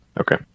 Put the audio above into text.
Okay